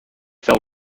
fell